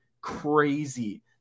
crazy